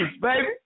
baby